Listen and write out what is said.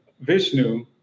Vishnu